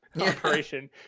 operation